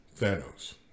Thanos